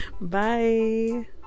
Bye